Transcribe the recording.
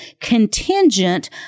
contingent